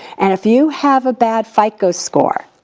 and if you have a bad fico score,